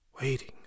waiting